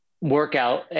workout